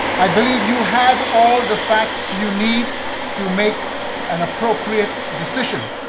i believe you have all the facts you need to make an appropriate decision.